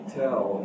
tell